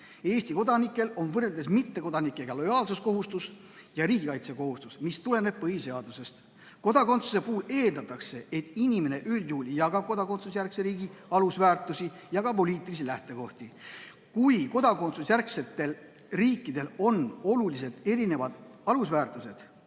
Eesti kodanikel on võrreldes mittekodanikega lojaalsuskohustus ja riigikaitsekohustus, mis tuleneb põhiseadusest. Kodakondsuse puhul eeldatakse, et inimene üldjuhul jagab kodakondsusjärgse riigi alusväärtusi ja ka poliitilisi lähtekohti. Kui kodakondsusjärgsetel riikidel on oluliselt erinevad alusväärtused,